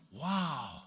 wow